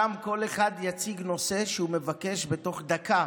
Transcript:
ששם כל אחד יציג נושא שהוא מבקש בתוך דקה,